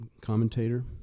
commentator